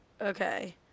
Okay